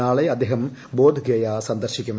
നാളെ അദ്ദേഹം ബോധ് ഗയ സന്ദർശിക്കും